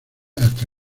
hasta